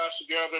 together